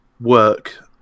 work